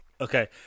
okay